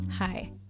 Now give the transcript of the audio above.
Hi